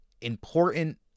important